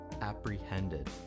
apprehended